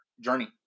journey